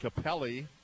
Capelli